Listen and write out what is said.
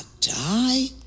die